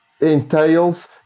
entails